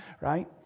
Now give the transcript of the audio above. right